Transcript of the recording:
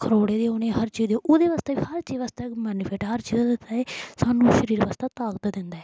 खरोड़े देओ उ'नें गी हर चीज देओ ओह्दे बास्तै बी हर चीज बास्तै इक बैनफिट ऐ हर चीज दा दस्सा दे सानूं शरीर बास्तै ताकत दिंदा ऐ